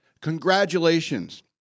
congratulations